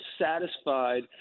satisfied